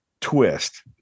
twist